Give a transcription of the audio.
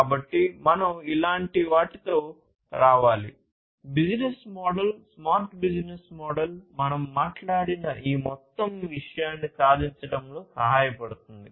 కాబట్టి మనం ఇలాంటి వాటితో రావాలి business model smart business model మనం మాట్లాడిన ఈ మొత్తం విషయాన్ని సాధించడంలో సహాయపడుతుంది